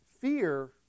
Fear